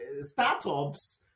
Startups